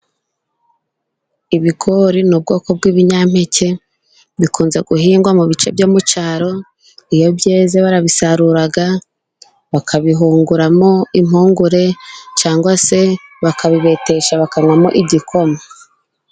Ibigori ni ubwoko bw'ibinyampeke, bikunze guhingwa mu bice byo mu cyaro, iyo byeze barabisarura, bakabihunguramo impungure, cyangwa se bakabibetesha bakaywamo igikoma.